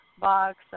box